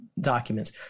documents